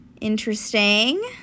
Interesting